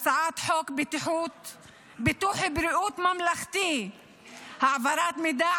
הצעת חוק ביטוח בריאות ממלכתי (העברת מידע